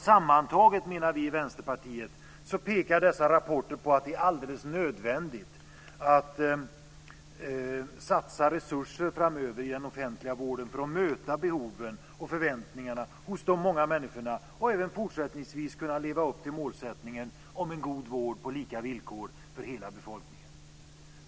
Sammantaget menar vi i Vänsterpartiet att dessa rapporter pekar på att det är alldeles nödvändigt att framöver satsa resurser i den offentliga vården för att möta behoven och förväntningarna hos de många människorna och även fortsättningsvis kunna leva upp till målsättningen om en god vård på lika villkor för hela befolkningen.